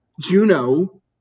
Juno